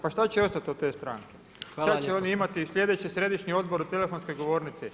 Pa šta će ostati od te stranke? [[Upadica Jandroković: Hvala vam.]] šta će oni imati i sljedeći središnji odbor u telefonskoj govornici.